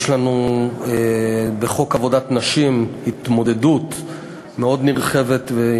יש לנו בחוק עבודת נשים התמודדות מאוד נרחבת עם